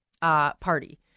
party